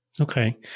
Okay